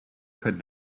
could